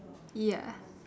ya